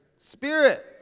Spirit